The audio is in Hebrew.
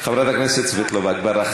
חברת הכנסת זנדברג,